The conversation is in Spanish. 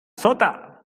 sota